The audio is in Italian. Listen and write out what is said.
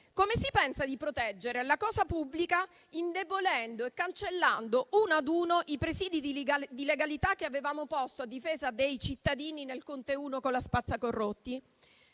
Come si pensa di proteggere la cosa pubblica indebolendo e cancellando, uno ad uno, i presidi di legalità che avevamo posto a difesa dei cittadini nel Governo Conte I con la cosiddetta spazzacorrotti?